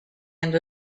end